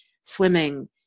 swimming